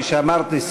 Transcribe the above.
כפי שאמרתי,